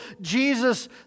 Jesus